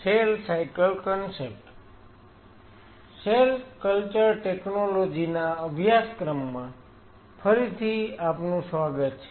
cell culture technology ના વ્યાખ્યાનની શ્રેણીમાં ફરીથી આપનું સ્વાગત છે